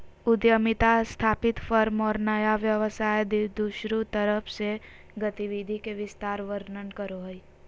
उद्यमिता स्थापित फर्म और नया व्यवसाय दुन्नु तरफ से गतिविधि के विस्तार वर्णन करो हइ